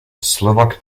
slovak